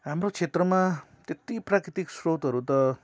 हाम्रो क्षेत्रमा त्यति प्राकृतिक स्रोतहरू त